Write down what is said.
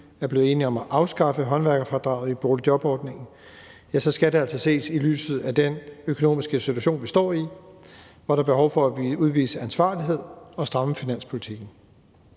er blevet enige om at afskaffe håndværkerfradraget i boligjobordningen, skal det altså ses i lyset af den økonomiske situation, vi står i, hvor der er behov for, at vi udviser ansvarlighed og strammer finanspolitikken.